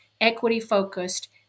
equity-focused